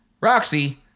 Roxy